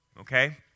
okay